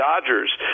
Dodgers